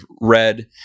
read